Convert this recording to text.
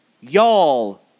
Y'all